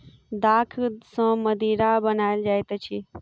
दाख सॅ मदिरा बनायल जाइत अछि